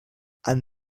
and